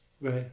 right